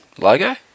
logo